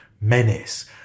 menace